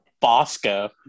Bosco